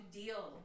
deal